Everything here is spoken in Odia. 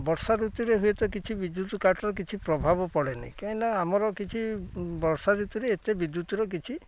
ବର୍ଷା ଋତୁରେ ହୁଏତ କିଛି ବିଦ୍ୟୁତ କାଟ୍ର କିଛି ପ୍ରଭାବ ପଡ଼େନି କାହିଁକିନା ଆମର କିଛି ବର୍ଷା ଋତୁରେ ଏତେ ବିଦ୍ୟୁତର କିଛି